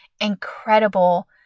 incredible